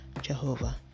jehovah